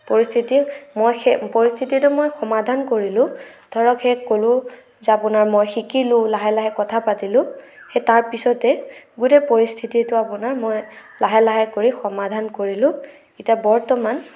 পৰিস্থিতি মই সেই পৰিস্থিতিটো মই সমাধান কৰিলোঁ ধৰক সেই ক'লো যে আপোনাৰ মই শিকিলোঁ লাহে লাহে কথা পাতিলোঁ সেই তাৰপিছতে গোটেই পৰিস্থিতিটো আপোনাৰ মই লাহে লাহে কৰি সমাধান কৰিলোঁ এতিয়া বৰ্তমান